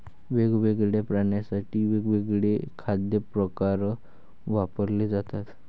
वेगवेगळ्या प्राण्यांसाठी वेगवेगळे खाद्य प्रकार वापरले जातात